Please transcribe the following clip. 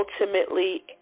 ultimately